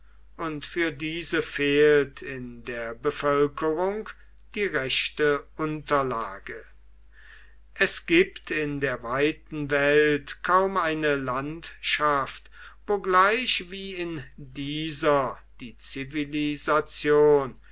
und für diese fehlt in der bevölkerung die rechte unterlage es gibt in der weiten welt kaum eine landschaft wo gleich wie in dieser die zivilisation